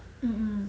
mm